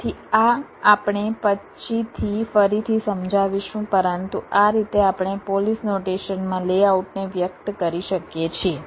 તેથી આ આપણે પછીથી ફરીથી સમજાવીશું પરંતુ આ રીતે આપણે પોલિશ નોટેશનમાં લેઆઉટને વ્યક્ત કરી શકીએ છીએ